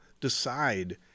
decide